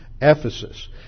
Ephesus